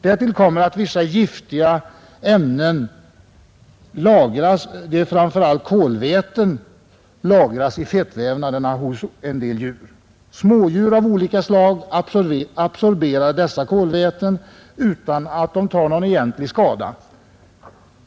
Därtill kommer att vissa giftiga ämnen — framför allt kolväten — lagras i fettvävnaderna hos en del djur. Smådjur av olika slag absorberar dessa kolväten utan att ta någon egentlig skada.